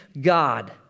God